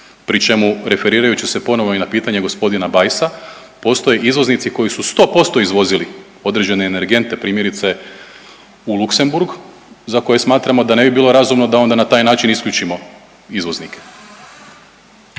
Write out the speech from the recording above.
pri čemu referirajući se ponovo i na pitanje gospodina Bajsa postoje izvoznici koji su sto posto izvozili određene energente primjerice u Luksemburg za koji smatramo da ne bi bilo razumno da onda na taj način isključimo izvoznike.